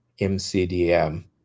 MCDM